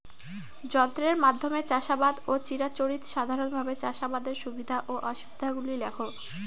যন্ত্রের মাধ্যমে চাষাবাদ ও চিরাচরিত সাধারণভাবে চাষাবাদের সুবিধা ও অসুবিধা গুলি লেখ?